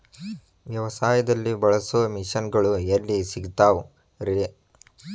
ವ್ಯವಸಾಯದಲ್ಲಿ ಬಳಸೋ ಮಿಷನ್ ಗಳು ಎಲ್ಲಿ ಸಿಗ್ತಾವ್ ರೇ?